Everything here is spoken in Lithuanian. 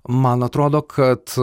man atrodo kad